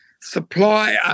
supplier